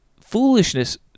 foolishness